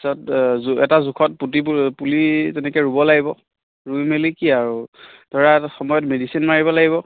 তাৰপাছত জোখ এটা জোখত পুতি পুলি তেনেকৈ ৰুব লাগিব ৰুই মেলি কি আৰু ধৰা এটা সময়ত মেডিচিন মাৰিব লাগিব